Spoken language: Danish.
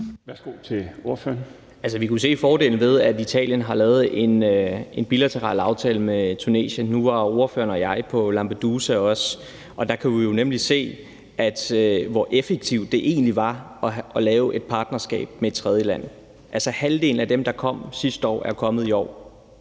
Mohammad Rona (M): Vi kunne se fordelen ved, at Italien har lavet en bilateral aftale med Tunesien nu. Nu var ordføreren og jeg også på Lampedusa, og der kunne vi jo nemlig se, hvor effektivt det egentlig var at lave et partnerskab med et tredjeland. Altså, halvdelen af dem, der kom sidste år, er kommet i år.